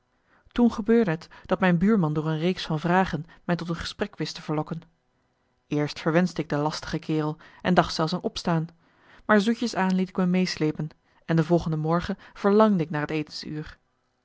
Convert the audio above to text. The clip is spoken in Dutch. toen gebeurde t dat mijn buurman door een reeks van vragen mij tot een gesprek wist te verlokken eerst verwenschte ik de lastige kerel en dacht zelfs aan opstaan maar zoetjes aan liet ik me meeslepen en de volgende morgen verlangde ik naar het